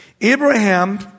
Abraham